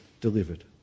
delivered